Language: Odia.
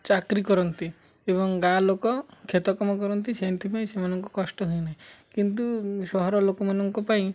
ଚାକିରୀ କରନ୍ତି ଏବଂ ଗାଁ ଲୋକ କ୍ଷେତ କାମ କରନ୍ତି ସେଥିପାଇଁ ସେମାନଙ୍କୁ କଷ୍ଟ ହୁଏ ନାହିଁ କିନ୍ତୁ ସହର ଲୋକମାନଙ୍କ ପାଇଁ